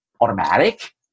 automatic